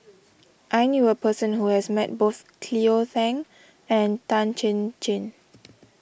I knew a person who has met both Cleo Thang and Tan Chin Chin